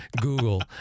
Google